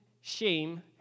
shame